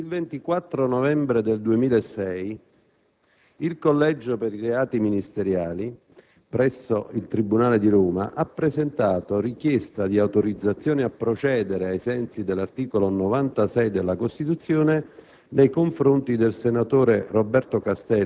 onorevoli colleghi, il 24 novembre 2006 il Collegio per i reati ministeriali presso il tribunale di Roma ha presentato richiesta di autorizzazione a procedere, ai sensi dell'articolo 96 della Costituzione,